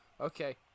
Okay